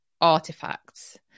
artifacts